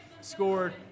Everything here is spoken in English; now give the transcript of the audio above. Scored